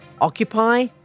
occupy